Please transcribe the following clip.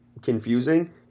confusing